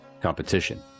competition